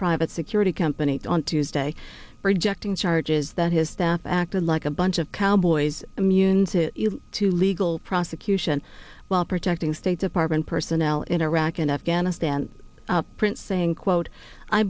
private security company on tuesday rejecting charges that his staff act like a bunch of cowboys immune to two legal prosecution while protecting state department personnel in iraq and afghanistan print saying quote i